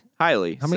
Highly